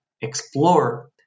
Explore